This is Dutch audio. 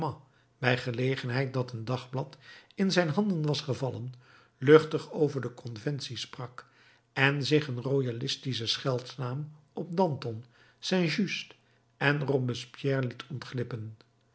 bij gelegenheid dat een dagblad in zijn handen was gevallen luchtig over de conventie sprak en zich een royalistischen scheldnaam op danton saint just en robespierre liet ontglippen